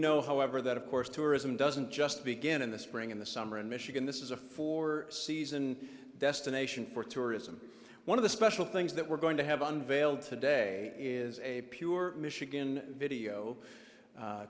know however that of course tourism doesn't just begin in the spring in the summer and michigan this is a four season destination for tourism one of the special things that we're going to have unveiled today is a pure michigan video